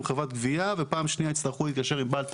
חברת גבייה ופעם שנייה יצטרכו להתקשר עם בעל תפקיד.